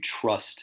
trust